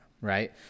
Right